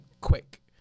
quick